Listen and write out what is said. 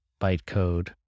bytecode